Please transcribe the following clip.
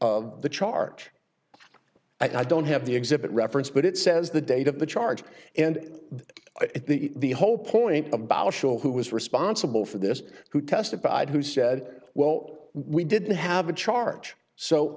of the chart i don't have the exhibit reference but it says the date of the charge and the whole point about show who was responsible for this who testified who said well we didn't have a charge so